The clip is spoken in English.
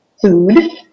food